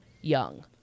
young